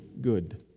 good